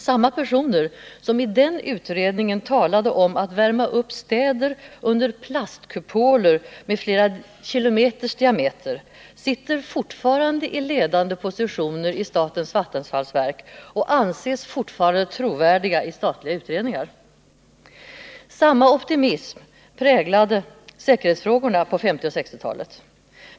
Samma personer som i den utredningen talade om att värma upp städer under plastkupoler med flera kilometers diameter sitter fortfarande i ledande positioner i statens vattenfallsverk och anses fortfarande trovärdiga i statliga utredningar. Samma optimism präglade säkerhetsfrågorna på 1950 och 1960-talen.